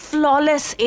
Flawless